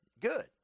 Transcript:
good